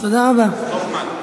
חבר הכנסת הופמן,